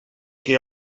que